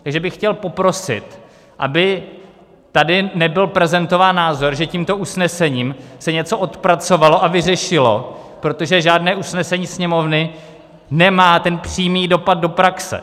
Takže bych chtěl poprosit, aby tady nebyl prezentován názor, že tímto usnesením se něco odpracovalo a vyřešilo, protože žádné usnesení Sněmovny nemá přímý dopad do praxe.